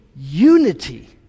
unity